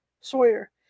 Sawyer